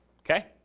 okay